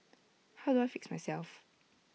how do I fix myself